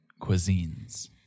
cuisines